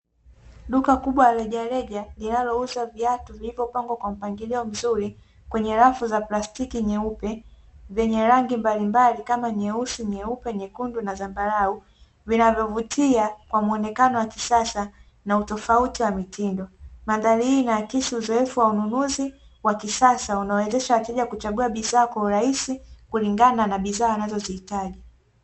Duka kubwa la rejareja, linalouza viatu vilivyopangwa kwa mpangilio mzuri, kwenye rafu za plastiki nyeupe, vyenye rangi mbalimbali kama: nyeusi, nyeupe, nyekundu na zambarau, vinavyovutia kwa muonekano wa kisasa na utofauti wa mitindo. Mandhari hii inaakisi uzoefu wa ununuzi wa kisasa unaowezesha wateja kuchagua bidhaa kwa urahisi kulingana na bidhaa wanazozihitaji.